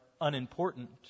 unimportant